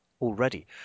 already